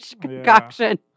concoction